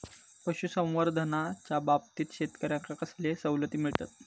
पशुसंवर्धनाच्याबाबतीत शेतकऱ्यांका कसले सवलती मिळतत?